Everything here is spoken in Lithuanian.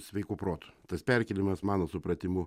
sveiku protu tas perkėlimas mano supratimu